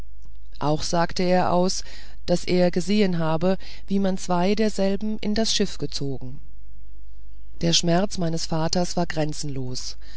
auch sagte er aus daß er gesehen habe wie man zwei derselben in das schiff gezogen der schmerz meines alten vaters war grenzenlos